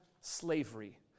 slavery